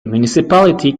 municipality